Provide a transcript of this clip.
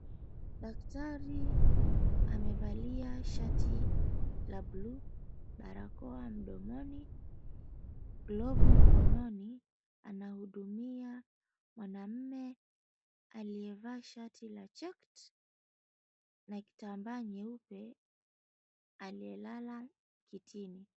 Daktari amevalia shati la buluu, barakoa mdomoni, glovu mkononi. Anahudumia mwanamume aliyevaa shati la checked , na kitambaa nyeupe, aliyelala kitini.